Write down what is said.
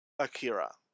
Akira